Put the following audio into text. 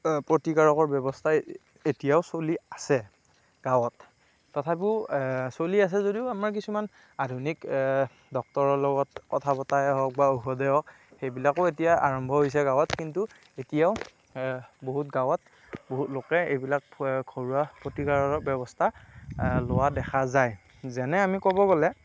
প্ৰতিকাৰকৰ ব্যৱস্থাই এতিয়াও চলি আছে গাঁৱত তথাপিও চলি আছে যদিও আমাৰ কিছুমান আধুনিক ডক্টৰৰ লগত কথা পতাই হওক বা ঔষধেই হওক সেইবিলাকো এতিয়া আৰম্ভ হৈছে গাঁৱত কিন্তু এতিয়াও বহুত গাঁৱত বহু লোকে এইবিলাক ঘৰুৱা প্ৰতিকাৰৰ ব্যৱস্থা লোৱা দেখা যায় যেনে আমি ক'ব গ'লে